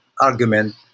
argument